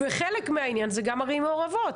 חלק מהעניין זה גם ערים מעורבות